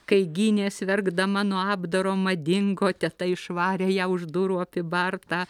kai gynės verkdama nuo apdaro madingo teta išvarė ją už durų apibartą